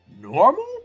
Normal